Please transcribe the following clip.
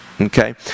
Okay